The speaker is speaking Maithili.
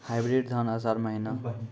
हाइब्रिड धान आषाढ़ महीना?